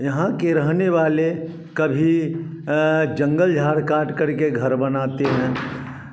यहाँ के रहने वाले कभी जंगल झाड़ काटकर के बनाते हैं